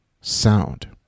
sound